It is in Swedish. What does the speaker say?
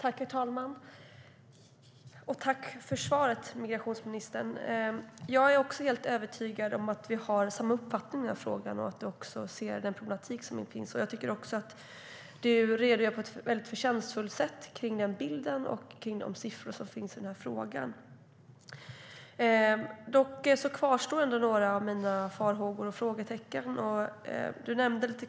Herr talman! Tack för svaret, migrationsministern! Jag är också helt övertygad om att vi har samma uppfattning i frågan och att du ser den problematik som finns. Jag tycker även att du redogör på ett förtjänstfullt sätt för den bilden och de siffror som finns. Några av mina farhågor och frågetecken kvarstår dock.